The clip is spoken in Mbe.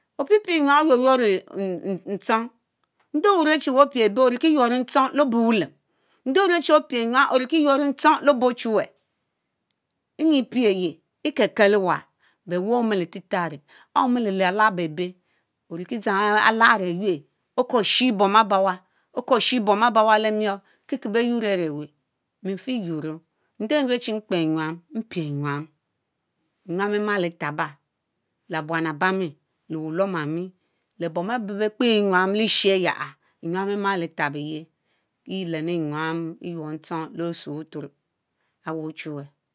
Opiepie enyam oyurr yurr nchong nde wey orue wey opie ebe orikie yuorr nchong le obey wullem; nde orue opie enyam oriki yourr nchong le obey ochuweh eyi epie ye but werey omile tetarri ehn omli lalah bebéy oriki dzang arẽ larry ayurr okorki shie bom abawa okorr shie bom abawa lẽ miorr keke be yourr are weh mi fie yuorror njie nruechi mkpe enyam mpie enyam enyam emali taba le buan abami le ullom ami le bom abey bekpe enyam le shieya enyam emali tabiye yea leni nyam eyuorr nchong le osue buturo aweh ochuwe.,